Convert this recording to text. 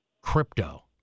crypto